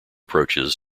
approaches